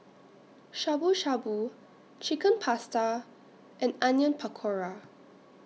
Shabu Shabu Chicken Pasta and Onion Pakora